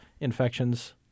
infections